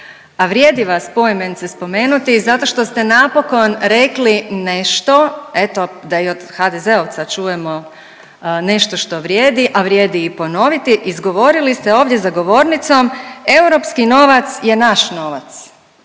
A vrijedi vas poimenice spomenuti zato što ste napokon rekli nešto, eto da i od HDZ-ovca čujemo nešto što vrijedi, a vrijedi i ponoviti, izgovorili ste ovdje za govornicom, europski novac je naš novac.